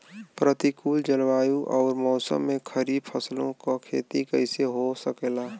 प्रतिकूल जलवायु अउर मौसम में खरीफ फसलों क खेती कइसे हो सकेला?